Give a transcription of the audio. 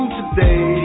today